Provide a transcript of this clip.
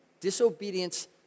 Disobedience